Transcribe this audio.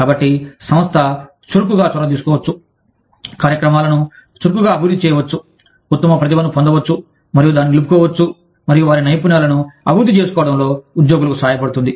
కాబట్టి సంస్థ చురుకుగా చొరవ తీసుకోవచ్చు కార్యక్రమాలను చురుకుగా అభివృద్ధి చేయవచ్చు ఉత్తమ ప్రతిభను పొందవచ్చు మరియు దానిని నిలుపుకోవచ్చు మరియు వారి నైపుణ్యాలను అభివృద్ధి చేసుకోవడంలో ఉద్యోగులకు సహాయపడుతుంది